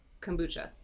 kombucha